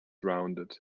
rounded